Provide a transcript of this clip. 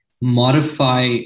modify